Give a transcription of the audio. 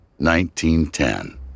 1910